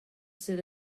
sydd